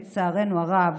לצערנו הרב,